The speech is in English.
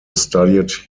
studied